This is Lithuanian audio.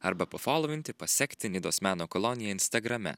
arba pafolouvinti pasekti nidos meno koloniją instagrame